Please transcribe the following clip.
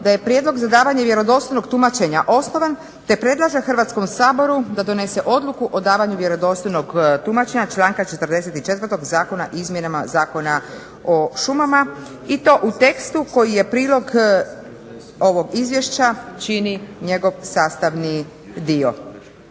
da je prijedlog za davanje vjerodostojnog tumačenja osnovan te predlaže Hrvatskom saboru da donese Odluku o davanju vjerodostojnog tumačenja članka 44. Zakona o izmjenama Zakona o šumama i to u tekstu koji prilog ovog izvješća čini njegov sastavni dio.